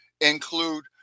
include